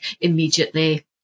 immediately